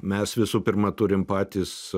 mes visų pirma turim patys